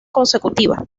consecutiva